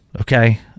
okay